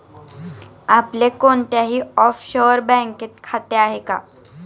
आपले कोणत्याही ऑफशोअर बँकेत खाते आहे का?